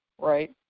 right